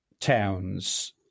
towns